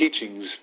Teachings